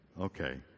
Okay